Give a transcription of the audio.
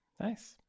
Nice